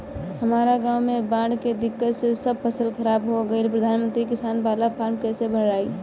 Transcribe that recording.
हमरा गांव मे बॉढ़ के दिक्कत से सब फसल खराब हो गईल प्रधानमंत्री किसान बाला फर्म कैसे भड़ाई?